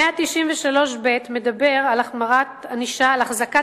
התיקון ל-193(ב) מדבר על החמרת הענישה על החזקת